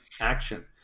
action